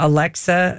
Alexa